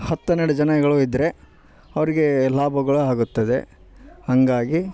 ಹತ್ತು ಹನ್ನೆರಡು ಜನಗಳು ಇದ್ರೆ ಅವರಿಗೆ ಲಾಭಗಳು ಆಗುತ್ತದೆ ಹಂಗಾಗಿ